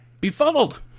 befuddled